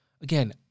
again